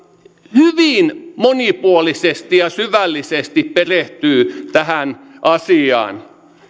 hyvin monipuolisesti ja syvällisesti perehtyy tähän asiaan